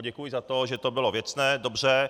Děkuji za to, že to bylo věcné, dobře.